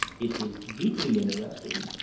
it is deeply interesting.